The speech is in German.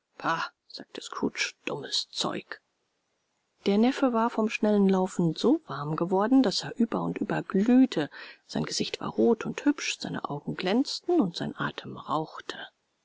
sagte scrooge dummes zeug der neffe war vom schnellen laufen so warm geworden daß er über und über glühte sein gesicht war rot und hübsch seine augen glänzten und sein atem rauchte